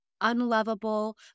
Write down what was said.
unlovable